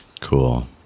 Cool